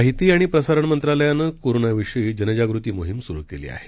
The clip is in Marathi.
माहिती आणि प्रसारण मंत्रालयानं कोरोनाविषयी जनजागृती मोहीम सुरु केली आहे